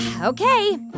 okay